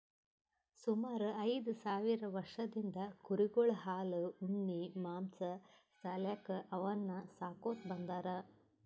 ಸುಮಾರ್ ಐದ್ ಸಾವಿರ್ ವರ್ಷದಿಂದ್ ಕುರಿಗೊಳ್ ಹಾಲ್ ಉಣ್ಣಿ ಮಾಂಸಾ ಸಾಲ್ಯಾಕ್ ಅವನ್ನ್ ಸಾಕೋತ್ ಬಂದಾರ್